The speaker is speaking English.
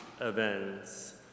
events